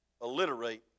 alliterate